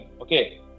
Okay